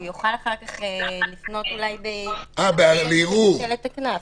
הוא יוכל אחר כך לפנות אולי ולבקש לבטל את הקנס.